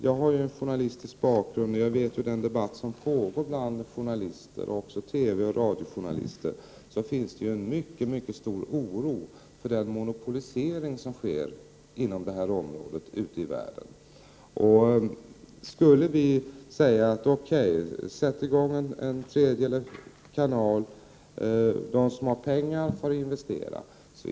Jag har ju en journalistisk bakgrund, och jag vet att det i den debatt som pågår bland journalister, även TV och radiojournalister, finns en mycket stor oro för den monopolisering som sker på det här området ute i världen. Antag att vi skulle säga: Okej, sätt i gång en tredje kanal, och de som har pengar kan investera.